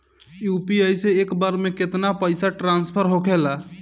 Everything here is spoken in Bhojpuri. यू.पी.आई से एक बार मे केतना पैसा ट्रस्फर होखे ला?